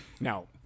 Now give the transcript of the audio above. Now